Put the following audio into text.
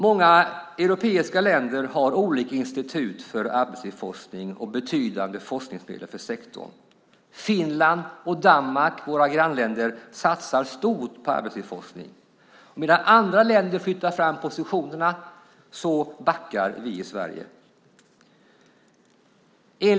Många europeiska länder har olika institut för arbetslivsforskning och betydande forskningsmedel för sektorn. Våra grannländer Finland och Danmark satsar stort på arbetslivsforskning. Medan andra länder flyttar fram positionerna backar vi i Sverige.